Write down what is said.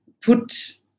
put